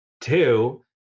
Two